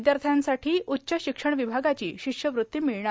विद्यार्थ्यांसाठी उच्च शिक्षण विभागाची शिष्यवृत्ती मिळणार